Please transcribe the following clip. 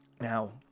Now